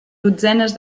dotzenes